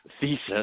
thesis